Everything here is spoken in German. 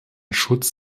schutz